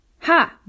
Ha